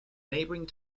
neighboring